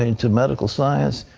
and to medical science,